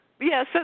Yes